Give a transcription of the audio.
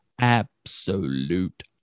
Absolute